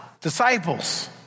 disciples